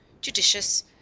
judicious